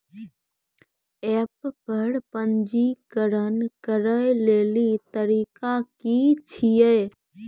App पर पंजीकरण करै लेली तरीका की छियै?